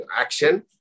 action